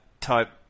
type